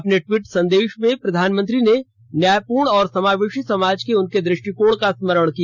अपने ट्वीट संदेश में प्रधानमंत्री ने न्याायपूर्ण और समावेशी समाज के उनके दृष्टिकोण का स्मरण किया